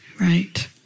right